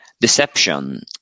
Deception